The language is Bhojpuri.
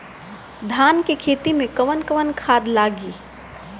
धान के खेती में कवन कवन खाद लागी?